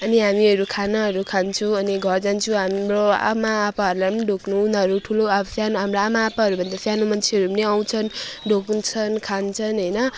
अनि हामीहरू खानाहरू खान्छौँ अनि घर जान्छौँ हाम्रो आमाआप्पाहरूलाई पनि ढोग्नु उनीहरू ठुलो आफू सानो हाम्रो आमाआप्पाहरू भन्दा सानो मान्छेहरू पनि आउँछन् ढोग्छन् खान्छन् होइन